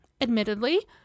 admittedly